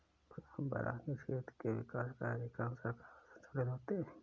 क्या बरानी क्षेत्र के विकास कार्यक्रम सरकार द्वारा संचालित होते हैं?